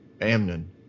Amnon